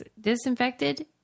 disinfected